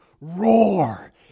roar